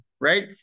Right